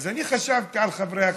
אז אני חשבתי על חברי הכנסת.